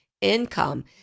income